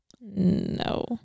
No